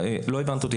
לא הבנת אותי.